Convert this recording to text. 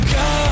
go